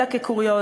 אלא כקוריוז,